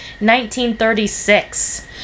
1936